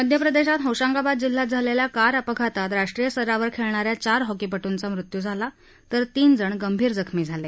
मध्य प्रदेशात होशंगाबाद जिल्ह्यात झालेल्या कार अपघातात राष्ट्रीय स्तरावर खेळणा या चार हॉकीपटुंचा मृत्यू झाला तर तीन जण गंभीर जखमी झाले